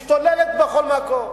והיא משתוללת בכל מקום,